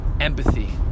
empathy